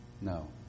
No